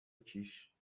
کیش